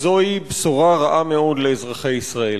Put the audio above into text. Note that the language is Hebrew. וזוהי בשורה רעה מאוד לאזרחי ישראל.